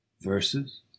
Verses